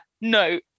no